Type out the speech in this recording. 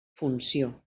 funció